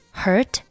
hurt